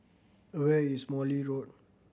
where is Morley Road